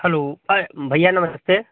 hello ऐ भैया नमस्ते